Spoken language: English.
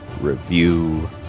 review